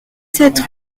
sept